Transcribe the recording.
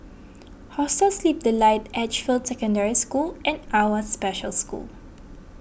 Hostel Sleep Delight Edgefield Secondary School and Awwa Special School